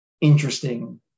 interesting